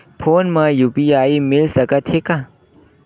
Phone मा UPI मिल सकत हे का?